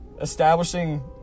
establishing